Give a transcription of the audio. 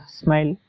smile